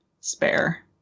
spare